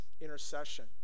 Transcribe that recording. intercession